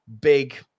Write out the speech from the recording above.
big